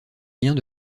liens